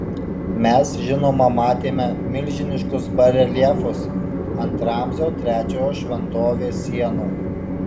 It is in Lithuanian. mes žinoma matėme milžiniškus bareljefus ant ramzio trečiojo šventovės sienų